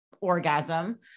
orgasm